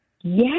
Yes